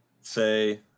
say